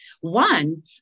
one